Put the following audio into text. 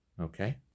Okay